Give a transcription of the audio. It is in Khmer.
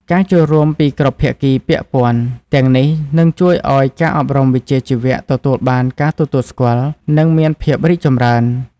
ការចូលរួមពីគ្រប់ភាគីពាក់ព័ន្ធទាំងនេះនឹងជួយឱ្យការអប់រំវិជ្ជាជីវៈទទួលបានការទទួលស្គាល់ និងមានភាពរីកចម្រើន។